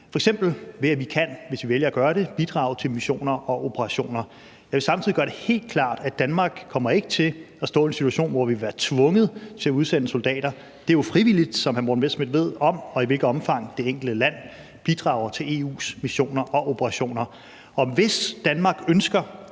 vi vælger at gøre det, bidrage til missioner og operationer. Jeg vil samtidig gøre det helt klart, at Danmark ikke kommer til at stå i en situation, hvor vi vil være tvunget til at udsende soldater. Det er jo frivilligt, som hr. Morten Messerschmidt ved, om og i hvilket omfang det enkelte land bidrager til EU's missioner og operationer. Og hvis Danmark ønsker